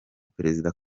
perezida